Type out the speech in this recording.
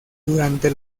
durante